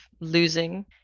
losing